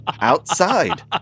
outside